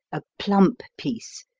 a plump piece,